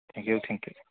thank you thank you